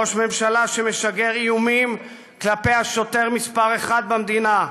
ראש ממשלה שמשגר איומים כלפי השוטר מספר אחת במדינה,